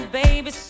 baby